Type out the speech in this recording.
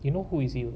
you know who is ill